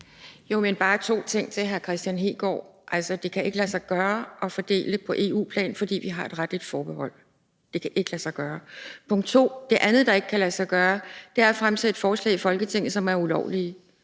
Det er bare to ting til hr. Kristian Hegaard. Altså, det kan ikke lade sig gøre at fordele på EU-plan, fordi vi har et retsforbehold. Det kan ikke lade sig gøre. Det er det ene. Det andet, der ikke kan lade sig gøre, er at fremsætte forslag i Folketinget, som er ulovlige.